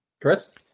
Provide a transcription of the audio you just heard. Chris